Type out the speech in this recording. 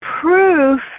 proof